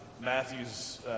matthew's